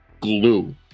glue